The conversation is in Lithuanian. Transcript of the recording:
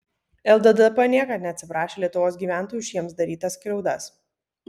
lddp niekad neatsiprašė lietuvos gyventojų už jiems darytas skriaudas